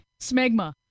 Smegma